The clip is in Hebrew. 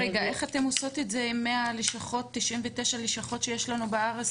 איך אתן עושות את זה עם 99 הלשכות הפרטיות שיש לנו בארץ?